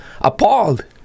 appalled